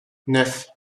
neuf